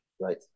Right